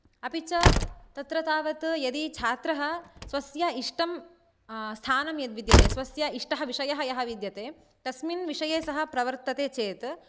अपि च तत्र तावत् यदि छात्रः स्वस्य इष्टं स्थानं यत् विद्यते स्वस्य इष्टः विषयः यः विद्यते तस्मिन् विषये सः प्रवर्तते चेत्